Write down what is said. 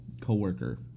co-worker